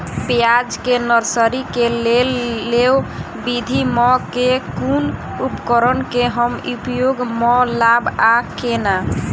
प्याज केँ नर्सरी केँ लेल लेव विधि म केँ कुन उपकरण केँ हम उपयोग म लाब आ केना?